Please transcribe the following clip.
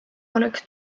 oleks